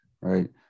right